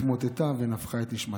התמוטטה ונפחה את נשמתה.